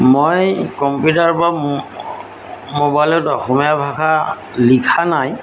মই কম্পিউটাৰ বা মোবাইলত অসমীয়া ভাষা লিখা নাই